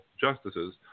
justices